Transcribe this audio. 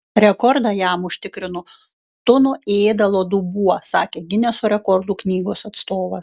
rekordą jam užtikrino tuno ėdalo dubuo sakė gineso rekordų knygos atstovas